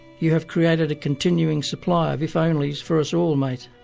you have created a continuing supply of if only's for us all, mate.